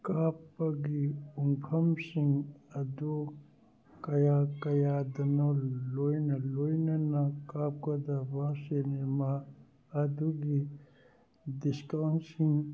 ꯀꯥꯞꯄꯒꯤ ꯄꯨꯡꯐꯝꯁꯤꯡ ꯑꯗꯨ ꯀꯌꯥ ꯀꯌꯥꯗꯅꯣ ꯂꯣꯏꯅ ꯂꯣꯏꯅꯅ ꯀꯥꯞꯀꯗꯕ ꯁꯤꯅꯦꯃꯥ ꯑꯗꯨꯒꯤ ꯗꯤꯁꯀꯥꯎꯟꯁꯤꯡ